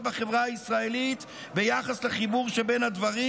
בחברה הישראלית ביחס לחיבור שבין הדברים,